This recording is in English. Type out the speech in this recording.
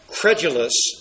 credulous